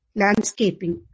landscaping